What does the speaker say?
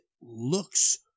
looks